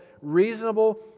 reasonable